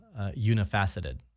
unifaceted